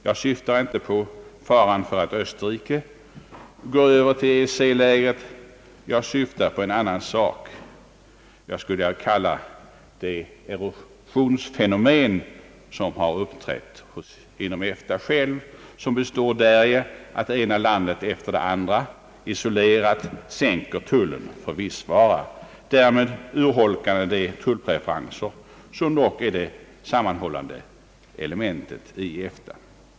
Jag syftar inte på faran av att Österrike går över till EEC-lägret, jag syftar på en annan sak, som jag skulle vilja kalla det erosionsfenomen som har uppträtt inom EFTA och som består däri att det ena landet efter det andra isolerat sänker tullen för någon viss vara, därmed urholkande de tullpreferenser, som dock är det sammanhållande elementet i EFTA.